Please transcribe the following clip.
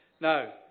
Now